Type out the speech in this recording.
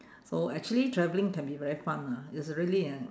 so actually travelling can be very fun ah it's really an